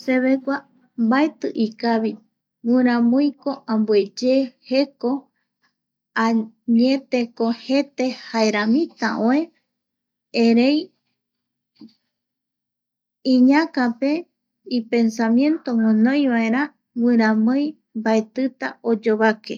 Sevegua mbaeti, ikavi, guiramiiko ambueye jeko añeteko jete jaerami oe, erei iñakape ipensamiento guinoivaera, mbaetita oyovake